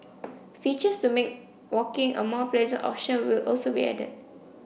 features to make walking a more pleasant option will also be added